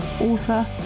author